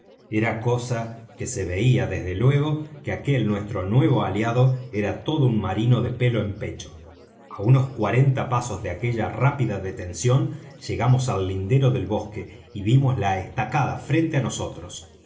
era cosa que se veía desde luego que aquel nuestro nuevo aliado era todo un marino de pelo en pecho á unos cuarenta pasos de aquella rápida detención llegamos al lindero del bosque y vimos la estacada frente á nosotros